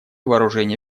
вооружений